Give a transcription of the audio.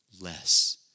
less